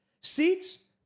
Seats